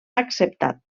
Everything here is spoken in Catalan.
acceptat